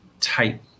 type